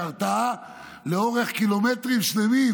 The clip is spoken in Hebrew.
זו התרעה לאורך קילומטרים שלמים,